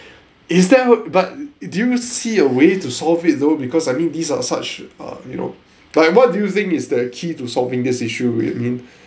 is there but do you see a way to solve it though because I mean these are such uh you know like what do you think is the key to solving these issue with min